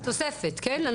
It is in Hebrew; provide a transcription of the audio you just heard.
תוספת, כן?